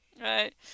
right